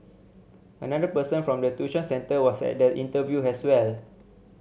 another person from the tuition centre was at the interview as well